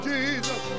Jesus